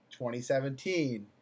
2017